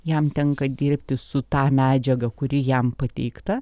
jam tenka dirbti su ta medžiaga kuri jam pateikta